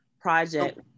project